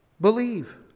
believe